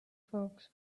folks